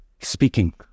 Speaking